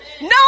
No